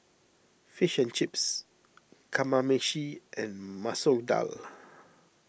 Fish and Chips Kamameshi and Masoor Dal